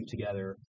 together